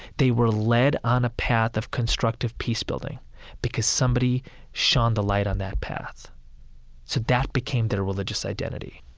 they were led on a path of constructive peace-building because somebody shone the light on that path. so that became their religious identity